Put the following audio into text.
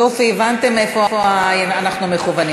יופי, הבנתם איפה אנחנו מכוונים.